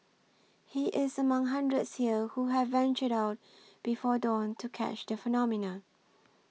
he is among hundreds here who have ventured out before dawn to catch the phenomenon